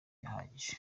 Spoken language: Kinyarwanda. ahagije